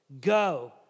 Go